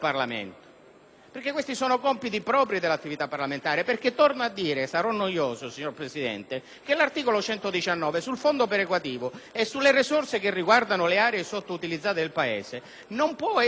questi, infatti, sono compiti propri dell'attività parlamentare. Torno a dire - sarò noioso, signor Presidente - che l'articolo 119 della Costituzione, sul fondo perequativo e sulle risorse che riguardano le aree sottoutilizzate del Paese, non può essere espropriato,